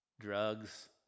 drugs